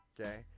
okay